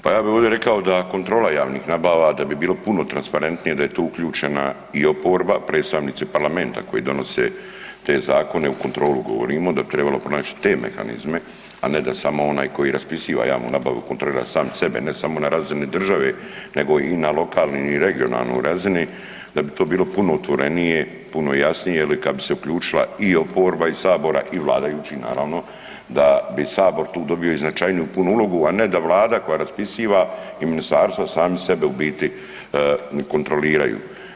Pa ja bi ovdje rekao da kontrola javnih nabava da bi bilo puno transparentnije da je tu uključena i oporba, predstavnici parlamenta koji donose te zakone u kontrolu, govorimo da bi trebalo pronaći te mehanizme, a ne da samo onaj koji raspisiva javnu nabavu kontrolira sam sebe ne samo na razini države nego i na lokalnoj i regionalnoj razini da bi to bilo puno otvorenije i puno jasnije jel kad bi se uključila i oporba iz sabora i vladajući naravno da bi sabor tu dobio i značajniju punu ulogu, a ne da vlada koja raspisiva i ministarstvo sami sebe u biti kontroliraju.